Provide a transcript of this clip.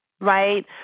right